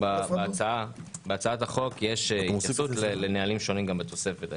בהצעת החוק יש התייחסות לנהלים שונים גם בתוספת.